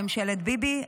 ממשלת ביבי"?